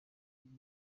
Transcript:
zunze